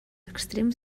extrems